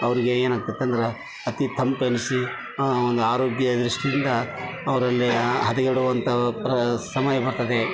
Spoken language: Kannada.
ಅವ್ರಿಗೆ ಏನಾಗ್ತದೆ ಅಂದ್ರೆ ಅತಿ ತಂಪೆನಿಸಿ ಒಂದು ಆರೋಗ್ಯ ದೃಷ್ಟಿಯಿಂದ ಅವರಲ್ಲಿ ಹದಗೆಡುವಂಥ ಪ್ರ ಸಮಯ ಬರ್ತದೆ